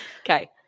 Okay